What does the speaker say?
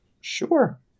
Sure